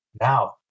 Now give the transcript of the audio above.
now